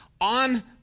On